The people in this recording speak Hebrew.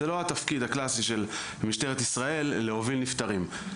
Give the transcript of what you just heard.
זה לא התפקיד הקלאסי של משטרת ישראל להוביל נפטרים.